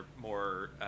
more